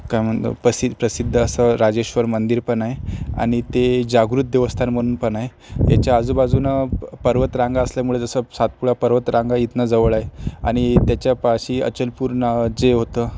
काय म्हणलो पसी प्रसिद्ध असं राजेश्वर मंदिर पण आहे आणि ते जागृत देवस्थान म्हणून पण आहे याच्या आजूबाजूनं पर्वतरांगा असल्यामुळं जसं सातपुडा पर्वतरांगा इथनं जवळ आहे आणि त्याच्यापाशी अचलपूर नाव जे होतं